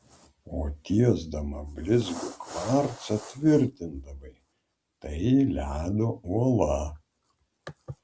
o tiesdama blizgų kvarcą tvirtindavai tai ledo uola